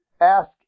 ask